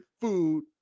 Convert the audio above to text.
food